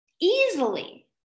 easily